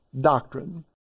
doctrine